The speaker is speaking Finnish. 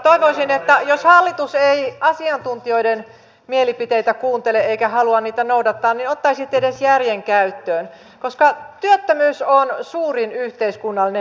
toivoisin että jos hallitus ei asiantuntijoiden mielipiteitä kuuntele eikä halua niitä noudattaa niin ottaisitte edes järjen käyttöön koska työttömyys on suurin yhteiskunnallinen myrkky